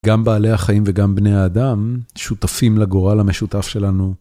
גם בעלי החיים וגם בני האדם שותפים לגורל המשותף שלנו.